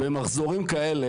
במחזורים כאלה,